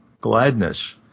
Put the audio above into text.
gladness